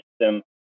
system